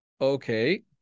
okay